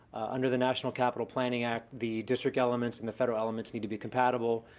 under the national capital planning act, the district elements and the federal elements need to be compatible.